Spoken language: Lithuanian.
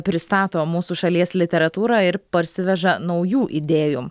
pristato mūsų šalies literatūrą ir parsiveža naujų idėjų